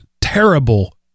terrible